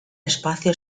espacio